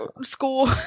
school